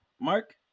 Mark